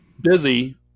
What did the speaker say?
busy